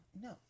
no